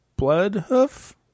Bloodhoof